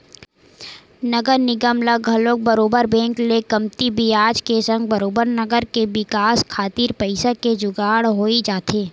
नगर निगम ल घलो बरोबर बेंक ले कमती बियाज के संग बरोबर नगर के बिकास खातिर पइसा के जुगाड़ होई जाथे